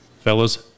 Fellas